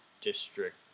District